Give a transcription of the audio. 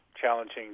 challenging